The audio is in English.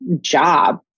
job